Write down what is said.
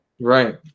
right